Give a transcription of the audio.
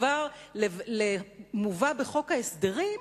מובא בחוק ההסדרים,